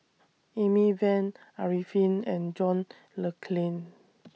Amy Van Arifin and John Le Cain